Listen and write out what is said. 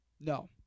No